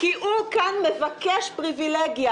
אבל הוא מבקש כאן פריבילגיה,